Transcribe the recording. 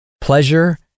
pleasure